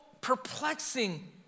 perplexing